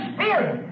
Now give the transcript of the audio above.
Spirit